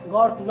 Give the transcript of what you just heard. God